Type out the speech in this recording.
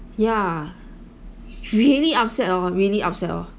yeah really upset oh really upset oh